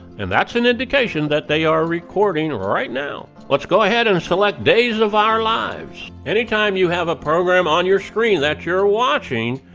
and that's an indication that they are recording right now. let's go ahead and select days of our lives. anytime you have a program on your screen that you're watching,